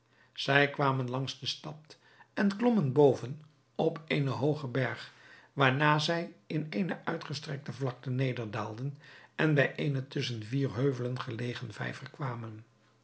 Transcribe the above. zij kwamen langs de stad en klommen boven op eenen hoogen berg waarna zij in eene uitgestrekte vlakte nederdaalden en bij eenen tusschen vier heuvelen gelegen vijver kwamen